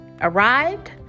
arrived